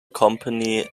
company